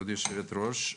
כבוד היושבת-ראש.